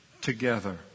together